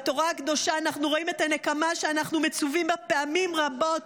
בתורה הקדושה אנחנו רואים את הנקמה שאנחנו מצווים בה פעמים רבות,